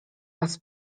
was